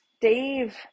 Dave